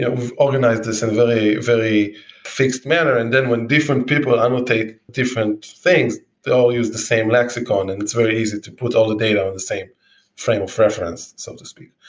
yeah we've organized this in very very fixed manner. and then when different people annotate different things, they all use the same lexicon and it's very easy to put all the data on the same frame of reference, so to speak.